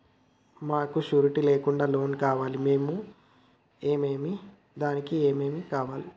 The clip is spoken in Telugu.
మాకు షూరిటీ లేకుండా లోన్ కావాలి దానికి ఏమేమి కావాలి?